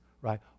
right